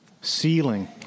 ceiling